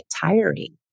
tiring